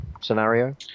scenario